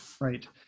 right